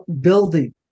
building